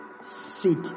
sit